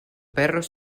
perros